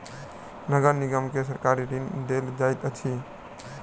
नगर निगम के सरकारी ऋण देल जाइत अछि